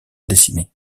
dessinée